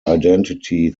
identity